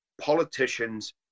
politicians